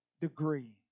degree